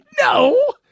No